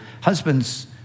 husbands